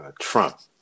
Trump